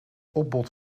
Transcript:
opbod